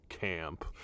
camp